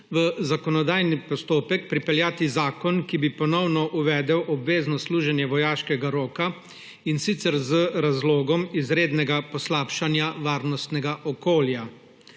v zakonodajni postopek pripeljati zakon, ki bi ponovno uvedel obvezno služenje vojaškega roka, in sicer z razlogom izrednega poslabšanja varnostnega okolja.